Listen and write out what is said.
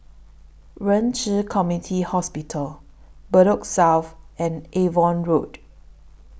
Ren Ci Community Hospital Bedok South and Avon Road